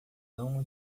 não